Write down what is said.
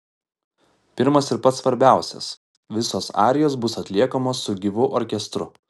pirmas ir pats svarbiausias visos arijos bus atliekamos su gyvu orkestru